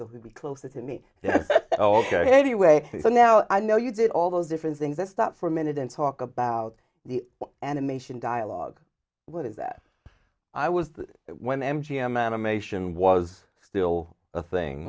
to be closer to me ok anyway so now i know you did all those different things this stop for a minute and talk about the animation dialogue what is that i was when m g m animation was still a thing